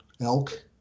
elk